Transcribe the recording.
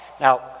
Now